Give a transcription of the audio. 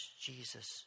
Jesus